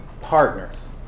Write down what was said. partners